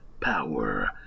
power